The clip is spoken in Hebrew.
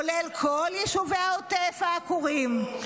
כולל כל יישוב העוטף העקורים,